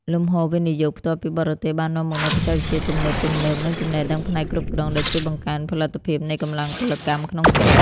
លំហូរ វិនិយោគផ្ទាល់ពីបរទេស បាននាំមកនូវបច្ចេកវិទ្យាទំនើបៗ និងចំណេះដឹងផ្នែកគ្រប់គ្រង ដែលជួយបង្កើនផលិតភាពនៃកម្លាំងពលកម្មក្នុងស្រុក។